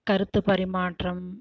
கருத்து பரிமாற்றம்